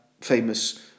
famous